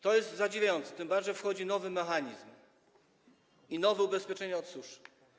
To jest zadziwiające, tym bardziej że wchodzi nowy mechanizm i nowe ubezpieczenie od suszy.